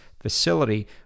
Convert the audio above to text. facility